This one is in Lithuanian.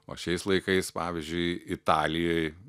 o šiais laikais pavyzdžiui italijoj